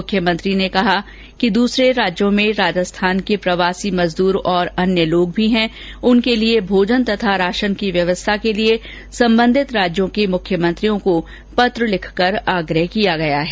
मुख्यमंत्री ने कहा कि दूसरे राज्यों में राजस्थान के प्रवासी मजदूर और अन्य लोग भी हैं उनके भोजन तथा राशन की व्यवस्था के लिये संबंधित राज्यों के मुख्यमंत्रियों को पत्र लिखकर आग्रह किया गया है